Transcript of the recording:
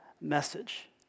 message